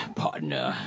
partner